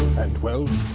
and well,